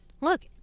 Look